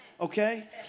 okay